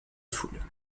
foule